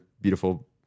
beautiful